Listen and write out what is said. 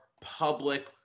public